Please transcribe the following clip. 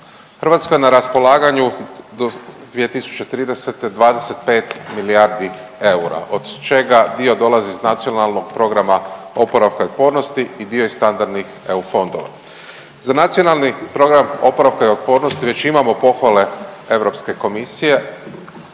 Hrvatskoj je na raspolaganju do 2030. 25 milijardi eura od čega dio dolazi iz Nacionalnog programa oporavka i otpornosti i dio iz standardnih EU fondova. Za Nacionalni program oporavka i otpornosti već imamo pohvale Europske komisije,